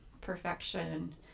Perfection